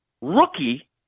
rookie